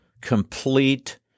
complete